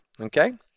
Okay